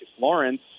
Lawrence